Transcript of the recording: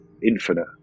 infinite